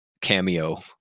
cameo